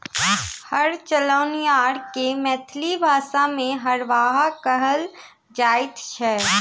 हर चलओनिहार के मैथिली भाषा मे हरवाह कहल जाइत छै